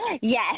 Yes